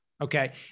Okay